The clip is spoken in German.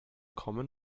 common